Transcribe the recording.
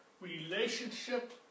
relationship